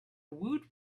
woot